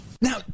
Now